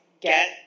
get